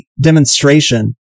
demonstration